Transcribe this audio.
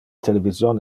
television